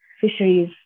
fisheries